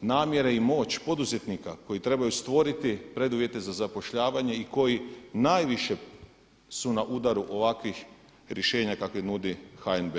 namjere i moć poduzetnika koji trebaju stvoriti preduvjete za zapošljavanje i koji najviše su na udaru ovakvih rješenja kakve nudi HNB.